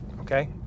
okay